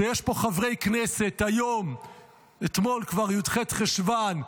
שיש פה חברי כנסת שאתמול, י"ח בחשוון,